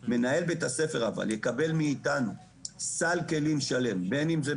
אבל מנהל בית הספר יקבל מאתנו סל כלים שלם,